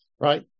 Right